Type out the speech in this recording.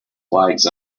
flags